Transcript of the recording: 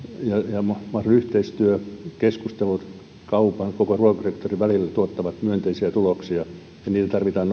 ja mahdollinen yhteistyö keskustelut kaupan ja koko ruokasektorin välillä tuottavat myönteisiä tuloksia ja niitä tarvitaan